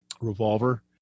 revolver